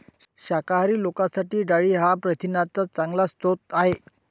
शाकाहारी लोकांसाठी डाळी हा प्रथिनांचा चांगला स्रोत आहे